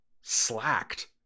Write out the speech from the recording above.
slacked